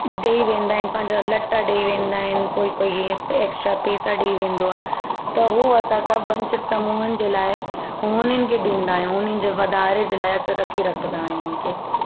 ॾेई वेंदा आहिनि पंहिंजा लटा ॾेई वेंदा आहिनि कोई कोई हीअं एक्स्ट्रा पैसा ॾेई वेंदो आहे त उहो असां सां वंचित समूहनि जे लाइ हुननि खे ॾींदा आहियूं हुननि जे वाधारे जे लाइ रखी रखंदा आहियूं हुन खे